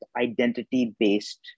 identity-based